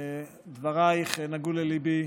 דברייך נגעו לליבי.